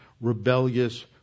rebellious